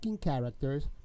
characters